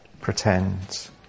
pretends